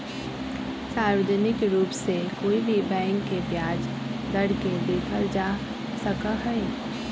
सार्वजनिक रूप से कोई भी बैंक के ब्याज दर के देखल जा सका हई